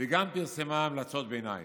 וגם פרסמה המלצות ביניים.